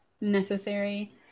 necessary